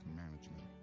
management